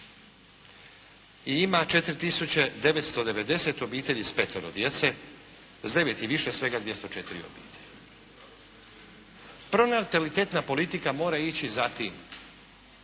4 tisuće 990 obitelji s petero djece, s devet i više svega 204 obitelji. Pronatalitetna politika mora ići za tim